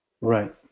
Right